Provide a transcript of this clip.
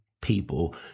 people